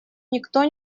никто